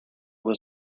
was